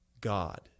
God